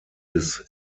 des